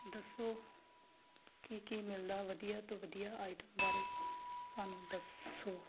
ਦੱਸੋ ਕੀ ਕੀ ਮਿਲਦਾ ਵਧੀਆ ਤੋਂ ਵਧੀਆ ਆਈਟਮ ਬਾਰੇ ਸਾਨੂੰ ਦੱਸੋ